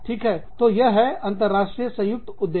ठीक है तो यह है अंतरराष्ट्रीय संयुक्त उद्यम